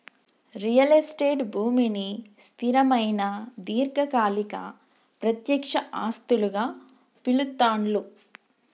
real estate భూమిని స్థిరమైన దీర్ఘకాలిక ప్రత్యక్ష ఆస్తులుగా పిలుత్తాండ్లు